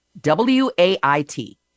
W-A-I-T